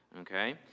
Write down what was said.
Okay